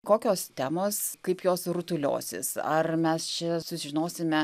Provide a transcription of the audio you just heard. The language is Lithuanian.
kokios temos kaip jos rutuliosis ar mes čia sužinosime